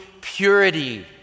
purity